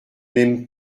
n’aime